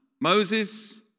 Moses